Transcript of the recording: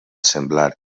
semblar